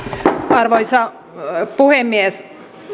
arvoisa puhemies